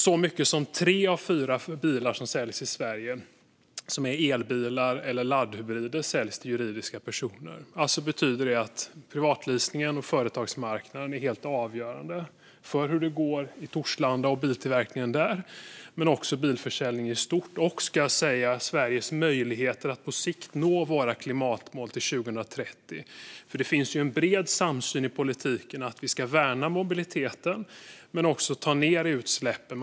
Så mycket som tre av fyra bilar som säljs i Sverige som är elbilar eller laddhybrider säljs till juridiska personer. Alltså betyder det att privatleasingen och företagsmarknaden är helt avgörande för hur det går i Torslanda och biltillverkningen där men också för bilförsäljningen i stort och, ska jag säga, Sveriges möjligheter att på sikt nå klimatmålen till 2030. Det finns en bred samsyn i politiken om att vi ska värna mobiliteten men också ta ned utsläppen.